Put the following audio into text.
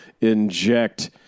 inject